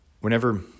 Whenever